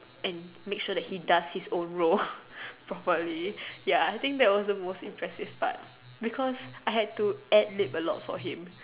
and make sure that he does his own role properly ya I think that was the most impressive part because I had to ad Lib a lot for him